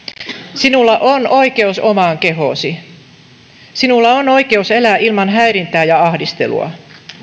sinulla on oikeus omaan kehoosi sinulla on oikeus elää ilman häirintää ja ahdistelua